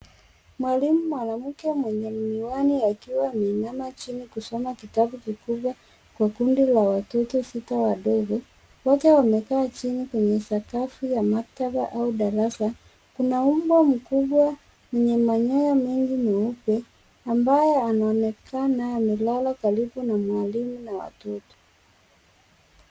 Mwalimu mwanamke mwenye miwani akiwa ameinama chini kusoma kitabu kikubwa kwa kundi la watoto sita wadogo. Wote wamekaa chini kwenye sakafu ya maktaba au darasa. Kuna mbwa mkubwa mwenye manyoya mengi meupe ambaye anaonekana amelala karibu na mwalimu na watoto.